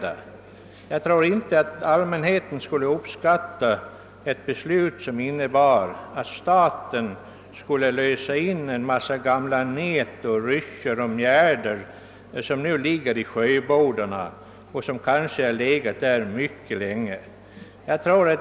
Jag tror inte att allmänheten skulle uppskatta ett förslag som innebar att staten löste in en massa gamla nät, ryssjor och mjärdar, som kanske legat i sjöbodarna sedan mycket länge.